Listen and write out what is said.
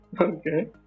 okay